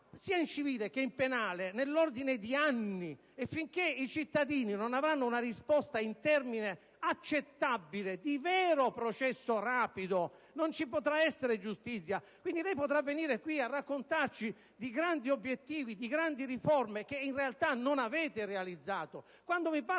sia in civile che in penale, siamo nell'ordine degli anni, e finché i cittadini non avranno una risposta in termini accettabili di vero processo rapido non ci potrà essere giustizia. Quindi, lei potrà venire qui a raccontarci di grandi obiettivi e di grandi riforme che in realtà non avete realizzato. Quando mi parla